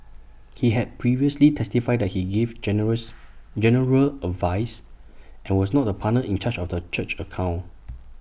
he had previously testified that he gave generous general advice and was not the partner in charge of the church's accounts